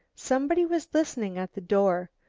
somebody was listening at the door.